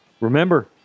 Remember